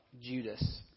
Judas